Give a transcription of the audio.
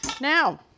now